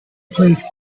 plays